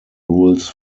rules